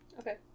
okay